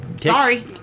Sorry